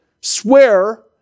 Swear